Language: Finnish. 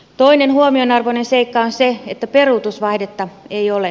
toinen huomionarvoinen seikka on se että peruutusvaihdetta ei ole